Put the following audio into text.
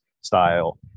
style